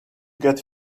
get